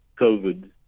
COVID